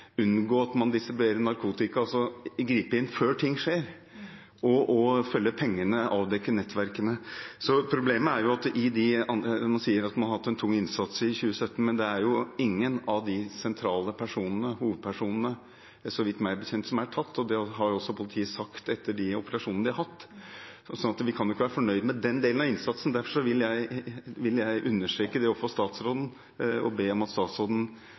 unngå at de distribuerer narkotika – altså at man kan gripe inn før ting skjer, følge pengene og avdekke nettverkene. Man sier at man hadde en tung innsats i 2017, men problemet er at ingen av de sentrale personene, hovedpersonene – så vidt jeg vet – er tatt. Det har også politiet sagt etter de operasjonene de har hatt. Så vi kan ikke være fornøyd med den delen av innsatsen. Derfor vil jeg understreke det overfor statsråden og be om at